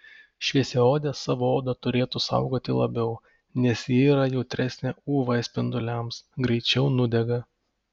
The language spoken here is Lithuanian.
šviesiaodės savo odą turėtų saugoti labiau nes ji yra jautresnė uv spinduliams greičiau nudega